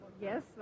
Yes